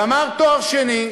גמר תואר שני,